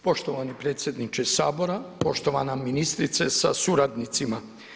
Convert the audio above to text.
Poštovani predsjedniče Sabora, poštovana ministrice sa suradnicima.